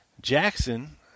Jackson